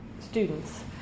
students